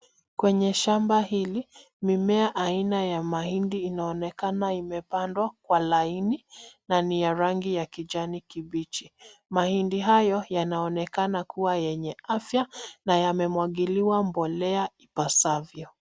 Kwenye shamba hili, mimea aina ya mahindi inaonekana imepandwa kwa laini na ni ya rangi ya kijani kibichi. Mahindi hayo yanaonekana kuwa yenye afya na yamemwagiliwa mbolea ipasavyo.